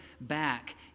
back